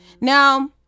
Now